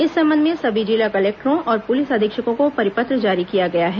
इस संबंध में सभी जिला कलेक्टरों और पुलिस अधीक्षकों को परिपत्र जारी किया गया है